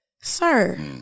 Sir